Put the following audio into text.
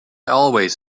always